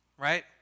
Right